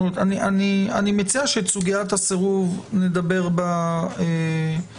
אני מציע שאת סוגית הסירוב נדבר בהמשך.